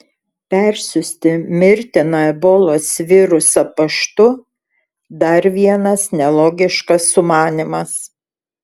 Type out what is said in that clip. persiųsti mirtiną ebolos virusą paštu dar vienas nelogiškas sumanymas